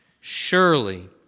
Surely